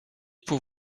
pour